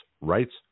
rights